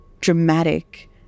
dramatic